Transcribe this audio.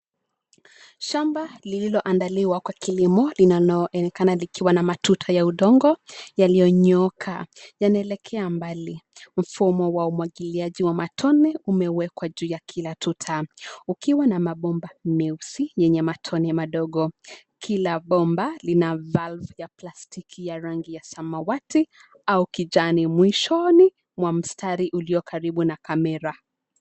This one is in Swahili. Shamba lililoandaliwa kwa kilimo linaonekana likiwa na matuta ya udongo yaliyonyooka, yanaelekea mbali. Mfumo wa umwagiliaji wa matone umewekwa juu ya kila tuta, ukiwa na mabomba meusi yenye matone madogo. Kila bomba lina valve ya plastiki ya rangi ya samawati au kijani mwishoni mwa mstari ulio karibu na kamera.